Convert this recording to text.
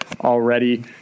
already